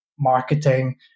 marketing